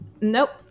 Nope